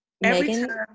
Megan